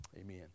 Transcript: Amen